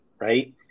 right